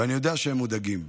ואני יודע שהם מודאגים.